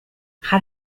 how